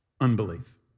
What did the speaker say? unbelief